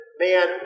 man